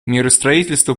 миростроительство